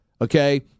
Okay